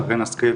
שרן השכל,